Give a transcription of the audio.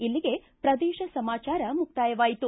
ಇಲ್ಲಿಗೆ ಪ್ರದೇಶ ಸಮಾಚಾರ ಮುಕ್ತಾಯವಾಯಿತು